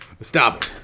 Stop